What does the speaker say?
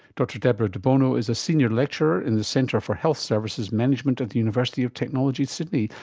dr deborah debono is a senior lecturer in the centre for health services management at the university of technology sydney.